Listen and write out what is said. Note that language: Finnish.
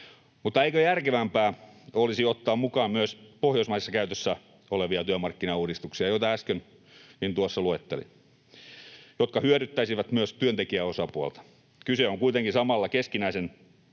Mutta eikö järkevämpää olisi ottaa mukaan myös Pohjoismaissa käytössä olevia työmarkkinauudistuksia, joita äsken tuossa luettelin, jotka hyödyttäisivät myös työntekijäosapuolta? Kyse on kuitenkin samalla keskinäiseen